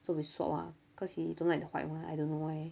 so we swap ah cause he don't like the white one I don't know why